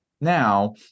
Now